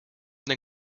teen